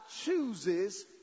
chooses